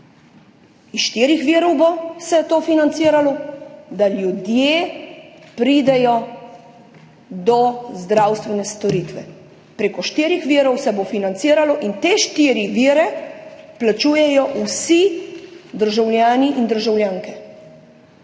iz štirih virov se bo to financiralo, da pridejo do zdravstvene storitve. Prek štirih virov se bo financiralo in te štiri vire plačujejo vsi državljani in državljanke,